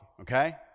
okay